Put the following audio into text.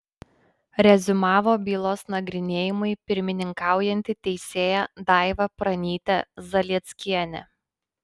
reziumavo bylos nagrinėjimui pirmininkaujanti teisėja daiva pranytė zalieckienė